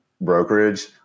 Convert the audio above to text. brokerage